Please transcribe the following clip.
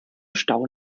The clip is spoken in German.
stau